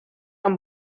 amb